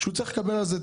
צריך לקבל על זה עונש.